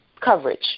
coverage